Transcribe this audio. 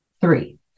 Three